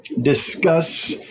discuss